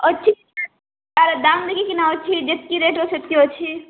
ଅଛି ତା'ର ଦାମ୍ ଦେଖିକି ନା ଅଛି ଯେତିକି ରେଟ୍ର ସେତିକି ଅଛି